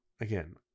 again